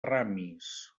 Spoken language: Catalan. ramis